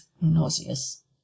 nauseous